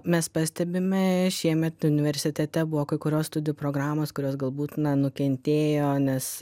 mes pastebime šiemet universitete buvo kai kurios studijų programos kurios galbūt na nukentėjo nes